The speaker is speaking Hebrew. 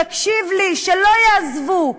תקשיב לי: שלא יעזבו.